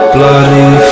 Bloody